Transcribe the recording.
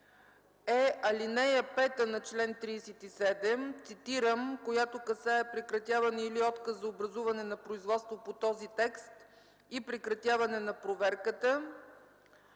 е, ал. 5 на чл. 37 цитирам: „Която касае прекратяване или отказ за образуване на производство по този текст и прекратяване на проверката”.